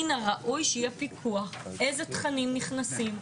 מן הראוי שיהיה פיקוח איזה תכנים נכנסים,